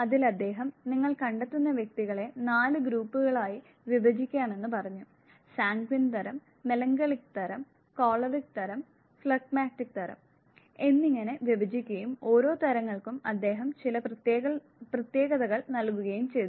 അതിൽ അദ്ദേഹം നിങ്ങൾ കണ്ടെത്തുന്ന വ്യക്തികളെ നാല് ഗ്രൂപ്പുകളായി വിഭജിക്കാമെന്ന് പറഞ്ഞു സാൻഗ്വിൻ തരം മെലങ്കോളിക് തരം കോളറിക് തരം ഫ്ലെഗ്മാറ്റിക് തരം എന്നിങ്ങനെ വിഭജിക്കുകയും ഓരോ തരങ്ങൾക്കും അദ്ദേഹം ചില പ്രത്യേകതകൾ നൽകുകയും ചെയ്തു